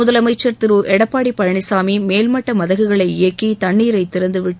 முதலமைச்ச் திரு எடப்பாடி பழனிசாமி மேல்மட்ட மதகுகளை இயக்கி தண்ணீரை திறந்து விட்டு